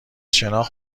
شناخت